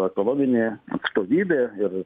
ekonominė atstovybė ir